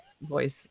voice